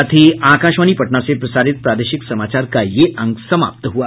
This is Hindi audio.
इसके साथ ही आकाशवाणी पटना से प्रसारित प्रादेशिक समाचार का ये अंक समाप्त हुआ